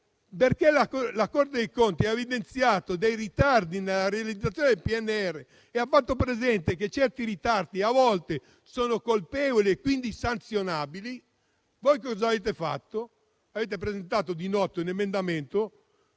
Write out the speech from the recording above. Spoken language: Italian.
La Corte dei conti ha evidenziato dei ritardi nella realizzazione del PNRR, facendo presente che certi ritardi a volte sono colpevoli e quindi sanzionabili. Voi cosa avete fatto? Avete presentato di notte un emendamento